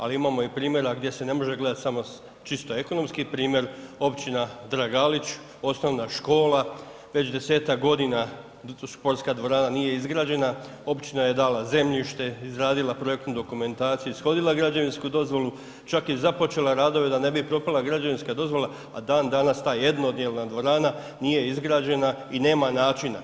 Ali imamo i primjera gdje se ne može gledati samo čisto ekonomski, primjer općina Dragalić, osnovna škola, već 10-tak godina sportska dvorana nije izgrađena, općina je dala zemljište, izradila projektnu dokumentaciju, ishodila građevinsku dozvolu, čak je i započela radove da ne bi propala građevinska dozvola, a dan danas ta jednodijelna dvorana nije izgrađena i nema načina.